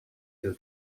ill